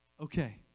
okay